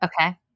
Okay